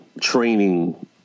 training